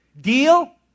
Deal